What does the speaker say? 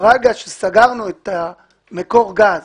ברגע שסגרנו את מקור הגז